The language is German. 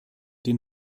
den